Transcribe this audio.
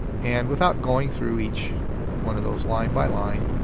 and without going through each one of those line by line,